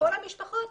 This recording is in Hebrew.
כל המשפחות,